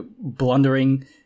blundering